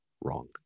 wrong